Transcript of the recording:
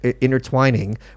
Intertwining